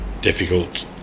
difficult